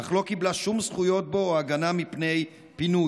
אך לא קיבלה שום זכויות בו או הגנה מפני פינוי.